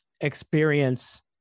experience